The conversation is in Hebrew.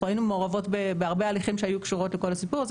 היינו מעורבות בהרבה הליכים שהיו קשורים לכל הסיפור הזה,